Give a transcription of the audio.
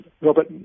Robert